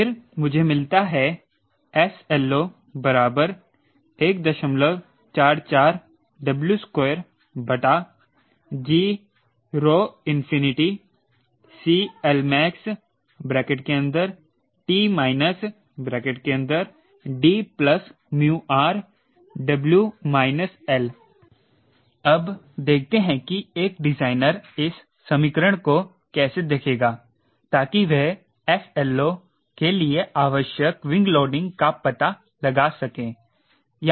फिर मुझे मिलता है sLO 144W2gCLmax T D r अब देखते हैं कि एक डिजाइनर इस समीकरण को कैसे देखेगा ताकि वह 𝑠LO के लिए आवश्यक विंग लोडिंग का पता लगा सके